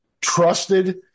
trusted